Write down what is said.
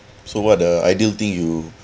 so what the ideal thing you